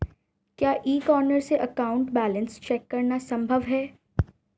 क्या e corner से account balance check करना संभव है?